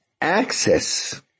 access